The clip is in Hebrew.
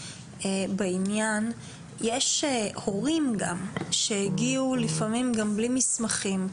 יש הורים שהגיעו לפעמים גם בלי מסמכים.